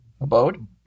abode